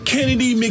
Kennedy